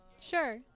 Sure